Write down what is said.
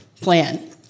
plan